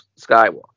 Skywalker